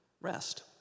rest